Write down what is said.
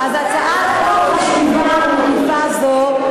אז הצעת חוק חשובה ומקיפה זו,